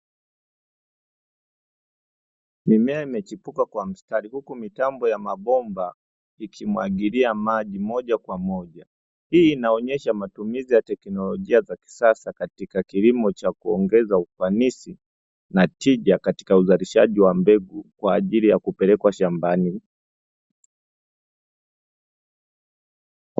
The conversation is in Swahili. Mimea imechipuka kwa mstari huku mitambo ya mabomba, ikimwagilia maji moja kwa moja. Hii inaonyesha matumizi ya teknolojia za kisasa, katika kilimo cha kuongeza ufanisi na tija katika uzalishaji wa mbegu, kwa ajili ya kupelekwa shambani.